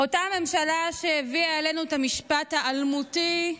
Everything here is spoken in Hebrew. אותה ממשלה שהביאה אלינו את המשפט האלמותי: